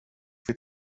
wird